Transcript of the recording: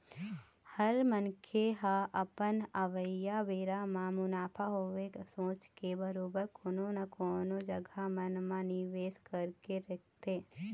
हर मनखे ह अपन अवइया बेरा म मुनाफा होवय सोच के बरोबर कोनो न कोनो जघा मन म निवेस करके रखथे